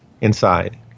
Inside